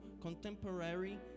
contemporary